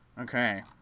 Okay